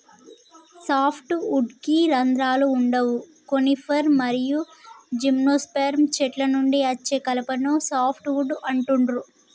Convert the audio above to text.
soft వుడ్కి రంధ్రాలు వుండవు కోనిఫర్ మరియు జిమ్నోస్పెర్మ్ చెట్ల నుండి అచ్చే కలపను సాఫ్ట్ వుడ్ అంటుండ్రు